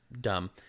dumb